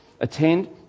attend